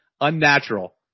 Unnatural